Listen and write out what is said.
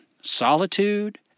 solitude